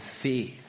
faith